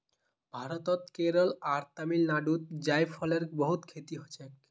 भारतत केरल आर तमिलनाडुत जायफलेर बहुत खेती हछेक